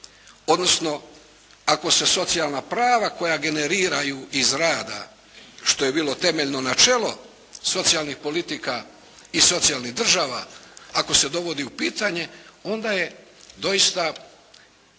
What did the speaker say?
odnosno ako se socijalna prava koja generiraju iz rada što je bilo temeljno načelo socijalnih politika i socijalnih država ako se dovodi u pitanje, onda je doista